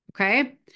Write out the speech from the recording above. Okay